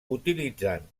utilitzant